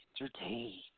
entertain